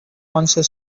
answer